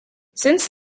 since